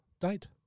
date